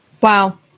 Wow